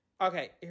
okay